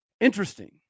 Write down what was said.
interesting